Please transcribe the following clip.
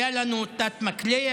היה לנו תת-מקלע